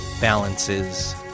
balances